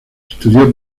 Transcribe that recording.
estudió